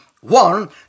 one